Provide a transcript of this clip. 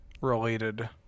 related